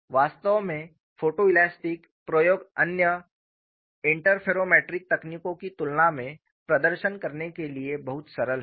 वास्तव में फोटोइलास्टिक प्रयोग अन्य इंटरफेरोमेट्रिक तकनीकों की तुलना में प्रदर्शन करने के लिए बहुत सरल हैं